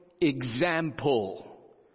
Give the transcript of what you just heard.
example